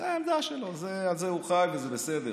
זו העמדה שלו, על זה הוא חי, וזה בסדר.